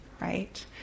right